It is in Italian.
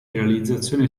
realizzazione